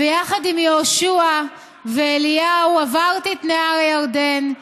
ויחד עם יהושע ואליהו עברתי את נהר הירדן,